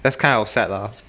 that's kind of sad lah